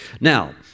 Now